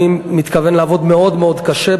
אני מתכוון לעבוד מאוד מאוד קשה,